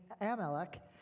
Amalek